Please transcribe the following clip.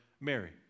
Mary